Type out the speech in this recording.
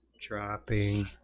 dropping